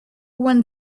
won